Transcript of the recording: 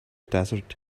desert